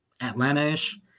Atlanta-ish